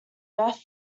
death